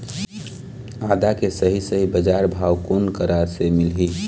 आदा के सही सही बजार भाव कोन करा से मिलही?